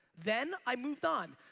then i moved on.